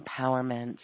empowerment